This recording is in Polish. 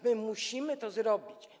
My musimy to zrobić.